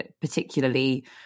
particularly